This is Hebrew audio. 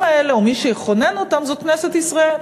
האלה או מי שיכונן אותם זה כנסת ישראל,